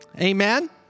Amen